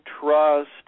trust